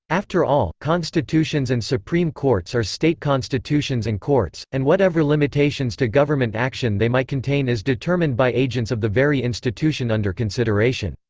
after all, constitutions and supreme courts are state constitutions and courts, and whatever limitations to government action they might contain is determined by agents of the very institution under consideration.